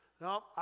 No